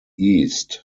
east